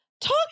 talk